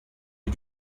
you